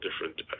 different